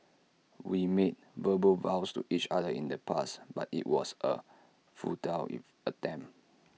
we made verbal vows to each other in the past but IT was A futile if attempt